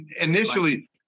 initially